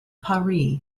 paris